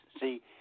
see